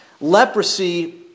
Leprosy